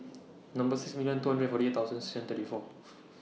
Number six million two hundred and forty eight thousand and thirty four